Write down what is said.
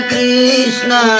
Krishna